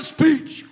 speech